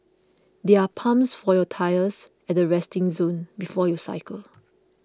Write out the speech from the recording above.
there are pumps for your tyres at the resting zone before you cycle